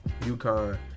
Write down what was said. UConn